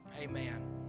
Amen